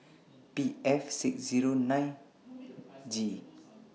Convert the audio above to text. P F six Zero nine G